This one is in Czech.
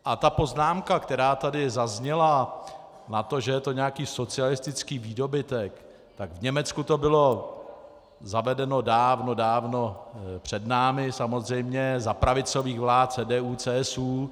A ta poznámka, která tady zazněla na to, že je to nějaký socialistický výdobytek, tak v Německu to bylo zavedeno dávno, dávno před námi, samozřejmě za pravicových vlád CDUCSU.